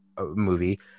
movie